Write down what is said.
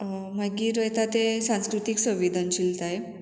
मागीर वयता ते सांस्कृतीक संविधनशिलताय